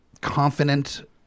confident